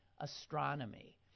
astronomy